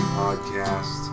podcast